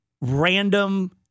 random